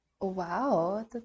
Wow